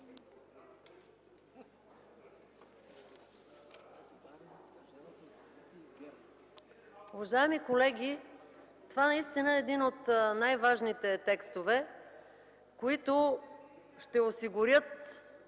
Уважаеми колеги, това наистина е един от най-важните текстове, които ще осигурят